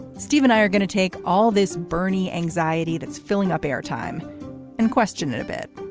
steve and i are going to take all this bernie anxiety that's filling up airtime and question it a bit,